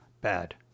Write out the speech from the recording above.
bad